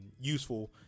useful